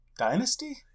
Dynasty